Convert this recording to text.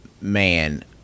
man